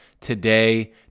today